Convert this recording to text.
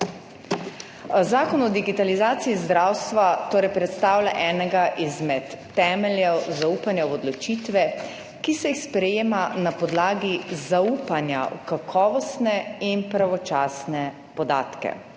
Zakon o digitalizaciji zdravstva torej predstavlja enega izmed temeljev zaupanja v odločitve, ki se jih sprejema na podlagi zaupanja v kakovostne in pravočasne podatke